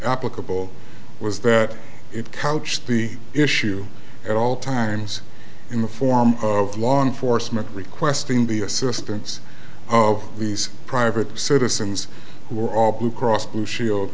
applicable was that it couched the issue at all times in the form of law enforcement requesting the assistance of these private citizens who are all blue cross blue shield